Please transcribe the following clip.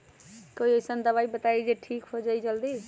कोई अईसन दवाई बताई जे से ठीक हो जई जल्दी?